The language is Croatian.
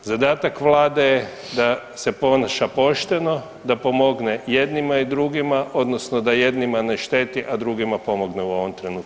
Zadatak Vlade je da se ponaša pošteno, da pomogne jednima i drugima, odnosno da jednima ne štete, a drugima pomogne u ovom trenutku.